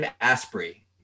Asprey